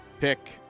pick